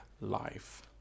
life